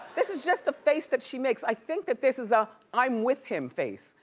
this is just the face that she makes. i think that this is a i'm with him face.